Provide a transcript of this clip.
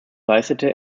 leistete